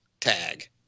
tag